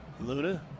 Luna